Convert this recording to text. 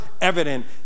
evident